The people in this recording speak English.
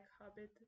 hobbit